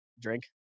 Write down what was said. drink